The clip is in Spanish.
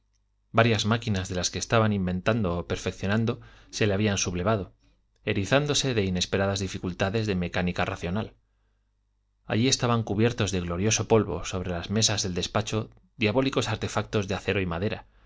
varias máquinas de las que estaban inventando o perfeccionando se le habían sublevado erizándose de inesperadas dificultades de mecánica racional allí estaban cubiertos de glorioso polvo sobre la mesa del despacho diabólicos artefactos de acero y madera